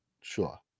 sure